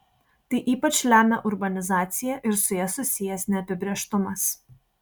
tai ypač lemia urbanizacija ir su ja susijęs neapibrėžtumas